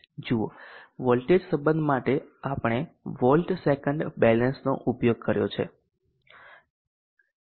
જુઓ વોલ્ટેજ સંબધ માટે આપણે વોલ્ટ સેકંડ બેલેન્સનો ઉપયોગ કર્યો